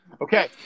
okay